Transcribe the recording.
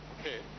Okay